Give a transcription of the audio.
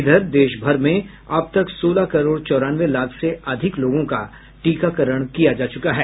इधर देश भर में अब तक सोलह करोड़ चौरानवे लाख से अधिक लोगों का टीकाकरण किया जा चुका है